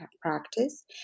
practice